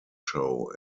show